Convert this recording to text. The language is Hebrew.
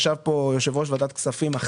כשישב פה חבר הכנסת גפני כיושב-ראש ועדת כספים הוא